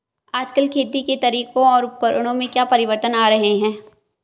आजकल खेती के तरीकों और उपकरणों में क्या परिवर्तन आ रहें हैं?